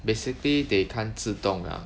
basically they can't 自动 ah